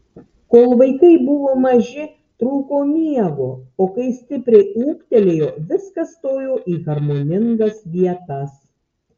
kol vaikai buvo maži trūko miego o kai stipriai ūgtelėjo viskas stojo į harmoningas vietas